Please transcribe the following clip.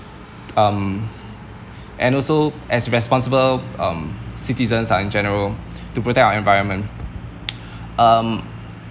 um and also as responsible um citizens are in general to protect our environment um